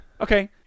Okay